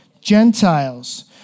Gentiles